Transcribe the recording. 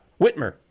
Whitmer